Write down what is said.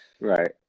Right